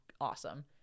awesome